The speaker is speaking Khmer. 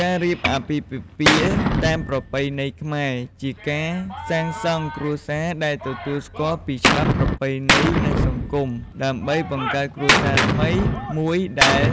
ការរៀបអាពាហ៍ពិពាហ៍តាមប្រពៃណីខ្មែរជាការសាងសង់គ្រួសារដែលទទួលស្គាល់ពីច្បាប់ ប្រពៃណី និងសង្គម ដើម្បីបង្កើតគ្រួសារថ្មីមួយដែល